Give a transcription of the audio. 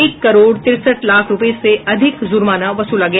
एक करोड़ तिरसठ लाख रूपये से अधिक जुर्माना वसूला गया